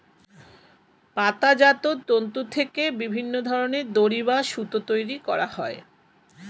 পাতাজাত তন্তু থেকে বিভিন্ন ধরনের দড়ি বা সুতো তৈরি করা হয়